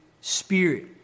Spirit